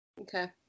Okay